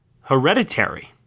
Hereditary